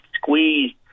squeezed